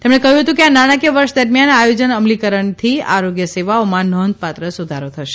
તેમણે કહ્યું કે આ નાણાકીય વર્ષ દરમિયાન આયોજન અમલકીરણથી આરોગ્ય સેવાઓમાં નોંધપાત્ર સુધારો થશે